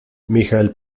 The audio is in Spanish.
michael